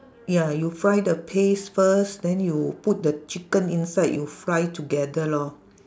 ya you fry the paste first then you put the chicken inside you fry together lor